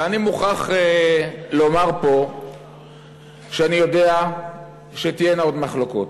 ואני מוכרח לומר פה שאני יודע שתהיינה עוד מחלוקות.